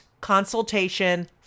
consultation